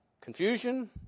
confusion